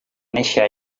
néixer